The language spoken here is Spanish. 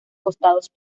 costados